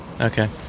Okay